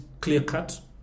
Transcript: clear-cut